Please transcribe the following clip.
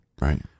Right